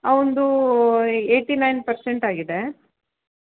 ಅವನದ್ದು eighty nine percent ಆಗಿದೆ